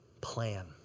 plan